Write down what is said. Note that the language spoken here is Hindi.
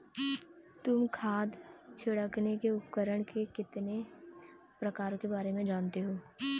तुम खाद छिड़कने के उपकरण के कितने प्रकारों के बारे में जानते हो?